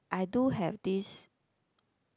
I do have these